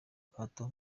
gahato